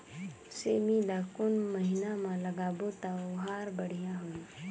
सेमी ला कोन महीना मा लगाबो ता ओहार बढ़िया होही?